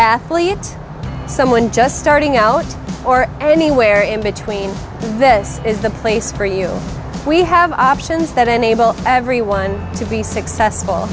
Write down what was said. athlete someone just starting out or anywhere in between this is the place for you we have options that enable everyone to be successful